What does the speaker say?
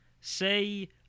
say